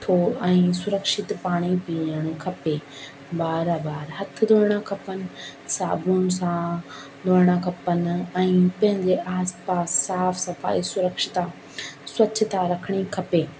ऐं सुरक्षित पाणी पीअणु खपे बार बार हथ धोइणु खपनि साबुण सां धोइणा खपनि ऐं पंहिंजे आसपास साफ़ु सफ़ाई सुरक्षिता स्वच्छता रखिणी खपे